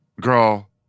Girl